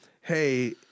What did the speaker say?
hey—